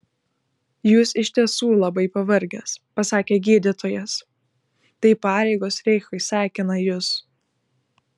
jūs iš tiesų labai pavargęs pasakė gydytojas tai pareigos reichui sekina jus